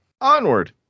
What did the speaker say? Onward